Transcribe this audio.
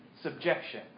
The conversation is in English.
subjection